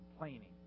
complaining